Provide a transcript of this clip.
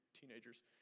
teenagers